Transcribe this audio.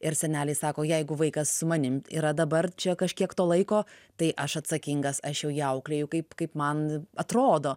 ir seneliai sako jeigu vaikas su manim yra dabar čia kažkiek to laiko tai aš atsakingas aš jau jį auklėju kaip kaip man atrodo